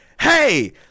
hey